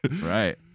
Right